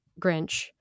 Grinch